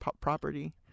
property